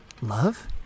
love